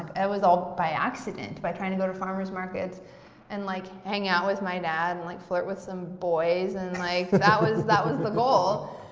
ah it was all by accident. by trying to go to farmer's markets and like hang out with my dad and like flirt with some boys and like that was that was the goal.